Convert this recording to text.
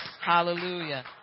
Hallelujah